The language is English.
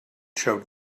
showed